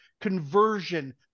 conversion